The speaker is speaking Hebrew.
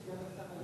אדוני סגן השר,